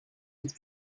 vite